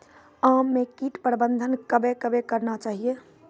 आम मे कीट प्रबंधन कबे कबे करना चाहिए?